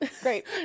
great